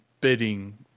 bidding